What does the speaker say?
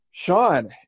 Sean